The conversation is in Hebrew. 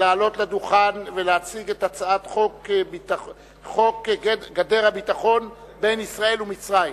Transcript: לעלות לדוכן ולהציג את הצעת חוק גדר הביטחון בין ישראל ומצרים.